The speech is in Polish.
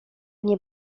nie